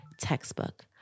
textbook